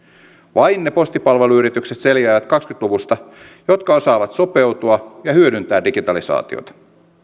vain ne postipalveluyritykset selviävät kaksikymmentä luvusta jotka osaavat sopeutua ja hyödyntää digitalisaatiota